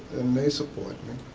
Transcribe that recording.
they support me.